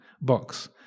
box